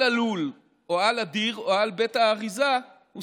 על הלול או על הדיר או על בית האריזה הוא